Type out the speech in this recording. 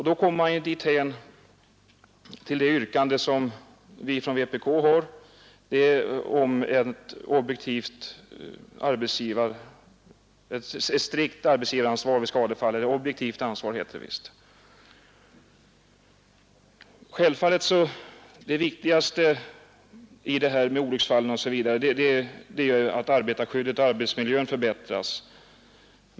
Då kommer man fram till det yrkande som vi från vpk har ställt om ett objektivt arbetsgivaransvar vid skadefall. Det viktigaste i fråga om olycksfall m.m. är självfallet att arbetarskyddet och arbetsmiljön förbättras.